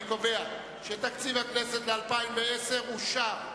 אני קובע שתקציב הכנסת ל-2010 אושר.